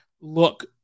look